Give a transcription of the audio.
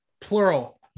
plural